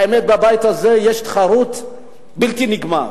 בבית הזה יש תחרות בלתי נגמרת